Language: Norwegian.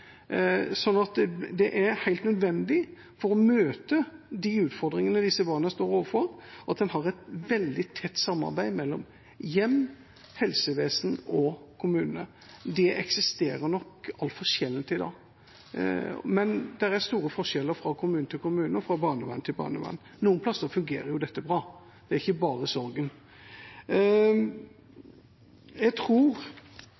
For å møte utfordringene disse barna står overfor, er det helt nødvendig å ha et veldig tett samarbeid mellom hjem, helsevesen og kommuner. Det eksisterer nok altfor sjelden i dag. Men det er store forskjeller fra kommune til kommune og fra barnevern til barnevern. Noen plasser fungerer dette bra. Det er ikke bare